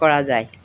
কৰা যায়